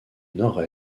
nord